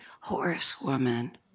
horsewoman